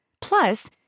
Plus